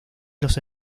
los